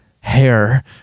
hair